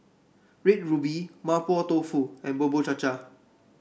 Red Ruby Mapo Tofu and Bubur Cha Cha